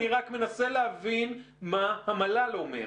אני רק מנסה להבין מה המל"ל אומר.